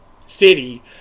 city